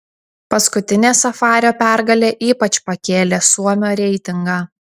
paskutinė safario pergalė ypač pakėlė suomio reitingą